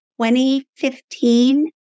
2015